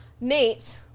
Nate